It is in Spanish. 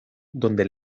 donde